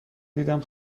دیدم